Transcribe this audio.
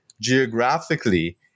geographically